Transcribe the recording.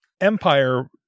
Empire